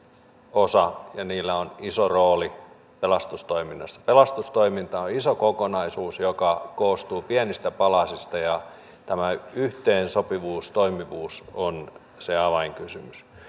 osa ja niillä on iso rooli pelastustoiminnassa pelastustoiminta on iso kokonaisuus joka koostuu pienistä palasista ja tämä yhteensopivuus toimivuus on se avainkysymys